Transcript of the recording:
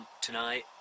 tonight